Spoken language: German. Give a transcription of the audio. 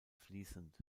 fließend